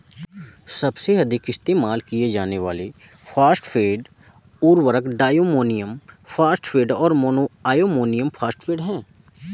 सबसे अधिक इस्तेमाल किए जाने वाले फॉस्फेट उर्वरक diammonium phosphate, mono ammonium phosphate हैं